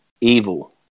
evil